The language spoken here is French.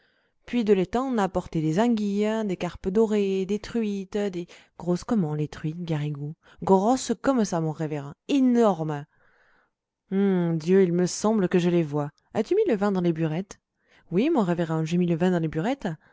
puis de l'étang on a apporté des anguilles des carpes dorées des truites des grosses comment les truites garrigou grosses comme ça mon révérend énormes oh dieu il me semble que je les vois as-tu mis le vin dans les burettes oui mon révérend j'ai mis le vin dans les burettes